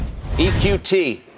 EQT